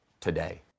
today